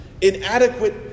inadequate